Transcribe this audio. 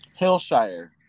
Hillshire